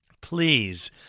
Please